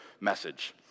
message